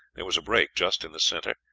there was a break just in the center,